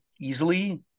easily